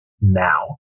now